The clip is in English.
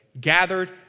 gathered